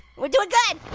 we're doin' good.